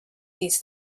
these